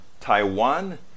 Taiwan